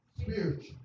spiritual